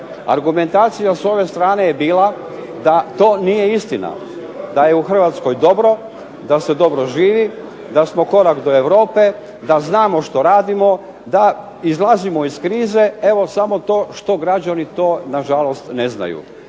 Argumentacija s ove strane je bila da to nije istina, da je u Hrvatskoj dobro, da se dobro živi, da smo korak do Europe, da znamo što radimo, da izlazimo iz krize, evo samo to što građani to na žalost ne znaju.